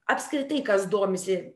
apskritai kas domisi